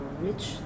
rich